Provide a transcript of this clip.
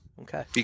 Okay